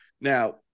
Now